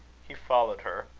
he followed her.